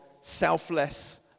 selfless